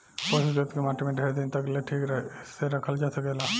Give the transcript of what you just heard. पोषक तत्व के माटी में ढेर दिन तक ले ठीक से रखल जा सकेला